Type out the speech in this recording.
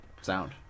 sound